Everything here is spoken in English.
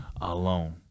alone